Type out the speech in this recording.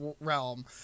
realm